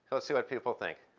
let's see what people think.